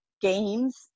games